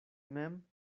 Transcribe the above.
mem